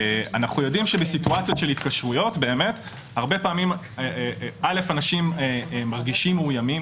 אנחנו יודעים שבסיטואציות של התקשרויות אנשים מרגישים מאוימים